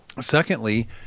secondly